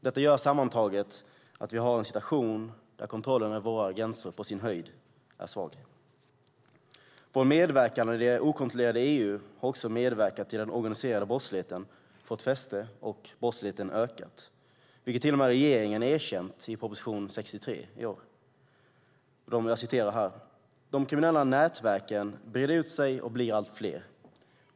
Detta gör sammantaget att vi har en situation där kontrollen över våra gränser på sin höjd är svag. Vår medverkan i det okontrollerade EU har också medverkat till att den organiserade brottsligheten har fått fäste och brottsligheten ökat, vilket till och med regeringen har erkänt i proposition 63 i år. Där skriver man: "De kriminella nätverken breder ut sig och blir allt fler.